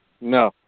No